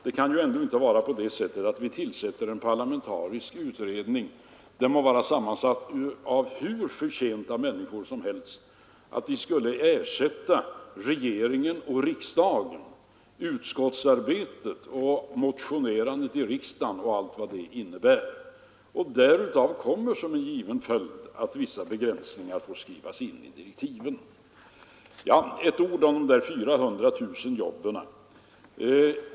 Det kan ju ändå inte vara på det sättet att vi tillsätter en parlamentarisk utredning — den må vara sammansatt av hur förtjänta människor som helst — som ersätter regeringen och riksdagen, utskottsarbetet och motionsskrivandet med allt vad det innebär. Därav följer som en given sak att vissa begränsningar måste skrivas in i direktiven. Ett ord också om de 400 000 jobben!